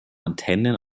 antennen